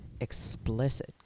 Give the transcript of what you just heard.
Explicit